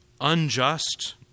unjust